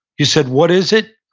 you said, what is it?